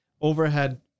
overhead